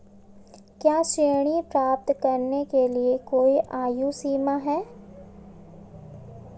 क्या ऋण प्राप्त करने के लिए कोई आयु सीमा है?